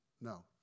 no